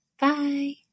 bye